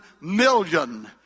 million